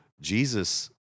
Jesus